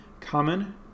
common